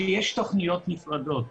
שיש תוכניות נפרדות.